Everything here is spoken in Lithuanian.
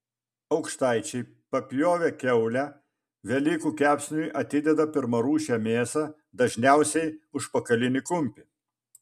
aukštaičiai papjovę kiaulę velykų kepsniui atideda pirmarūšę mėsą dažniausiai užpakalinį kumpį